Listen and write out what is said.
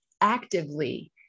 actively